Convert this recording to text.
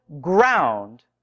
ground